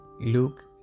Luke